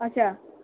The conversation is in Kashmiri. اَچھا